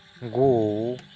go